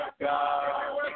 God